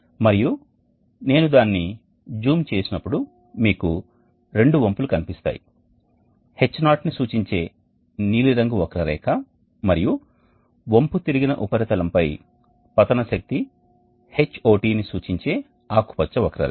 మరియు నేను దానిని జూమ్ చేసినప్పుడు మీకు రెండు వంపులు కనిపిస్తాయి H0 ని సూచించే నీలి రంగు వక్ర రేఖ మరియు వంపుతిరిగిన ఉపరితలం పై పతన శక్తి Hot ని సూచించే ఆకుపచ్చ వక్రరేఖ